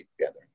together